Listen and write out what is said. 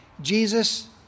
Jesus